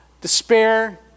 Despair